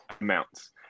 amounts